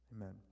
Amen